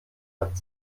hat